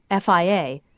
FIA